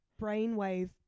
brainwave